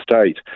state